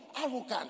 arrogant